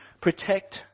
protect